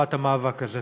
לטובת המאבק הזה.